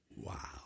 Wow